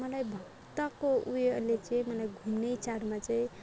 मलाई भक्तको उयोले चाहिँ मलाई घुम्ने चारमा चाहिँ